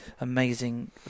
amazing